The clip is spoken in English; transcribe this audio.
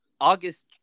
August